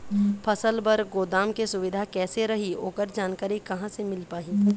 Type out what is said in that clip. फसल बर गोदाम के सुविधा कैसे रही ओकर जानकारी कहा से मिल पाही?